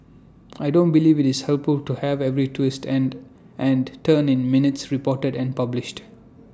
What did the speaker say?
I don't believe IT is helpful to have every twist and and turn in minutes reported and published